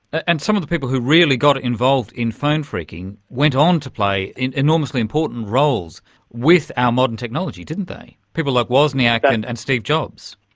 and some of the people who really got involved in phone phreaking went on to play enormously important roles with our modern technology, didn't they, people like wozniak and and steve jobs.